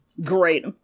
Great